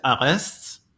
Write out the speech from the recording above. arrests